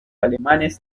alemanes